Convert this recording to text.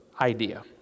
idea